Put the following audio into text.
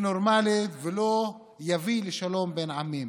לנורמלית ולא יביא לשלום בין העמים.